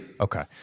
Okay